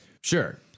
sure